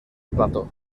plató